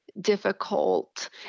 difficult